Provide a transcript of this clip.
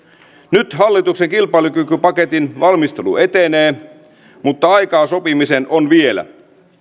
nyt hallituksen kilpailukykypaketin valmistelu etenee mutta aikaa sopimiseen on vielä